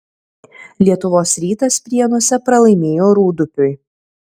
lietuvos rytas prienuose pralaimėjo rūdupiui